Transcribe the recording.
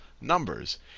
numbers